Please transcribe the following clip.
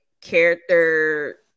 character